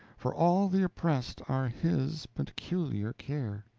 for all the oppressed are his peculiar care.